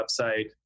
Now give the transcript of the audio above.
website